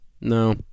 no